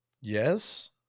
Yes